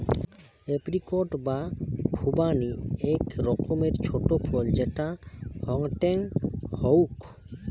apricot বা খুবানি আক রকমের ছোট ফল যেটা হেংটেং হউক